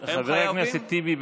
חבר הכנסת טיבי,